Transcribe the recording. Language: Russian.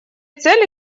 целью